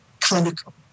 clinical